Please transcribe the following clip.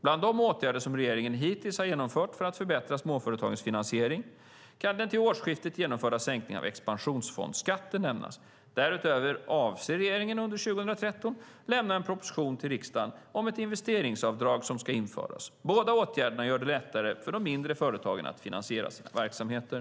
Bland de åtgärder som regeringen hittills har genomfört för att förbättra småföretagens finansiering kan den till årsskiftet genomförda sänkningen av expansionsfondsskatten nämnas. Därutöver avser regeringen att under 2013 lämna en proposition till riksdagen om ett investeraravdrag som ska införas. Båda åtgärderna gör det lättare för de mindre företagen att finansiera sina verksamheter.